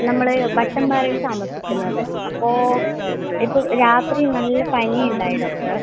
നമ്മൾ ബട്ടൺ പാറയിൽ താമസിക്കുന്നത് അപ്പോൾ ഇപ്പോൾ രാത്രി നല്ല പനിയുണ്ടായി ഡോക്ടർ